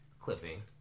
clipping